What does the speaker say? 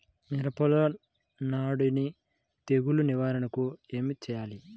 మిరపలో నానుడి తెగులు నివారణకు ఏమి చేయాలి?